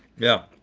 yeah,